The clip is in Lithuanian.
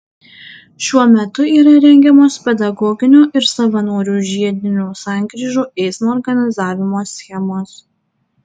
šiuo metu yra rengiamos pedagoginio ir savanorių žiedinių sankryžų eismo organizavimo schemos